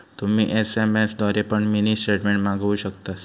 तुम्ही एस.एम.एस द्वारे पण मिनी स्टेटमेंट मागवु शकतास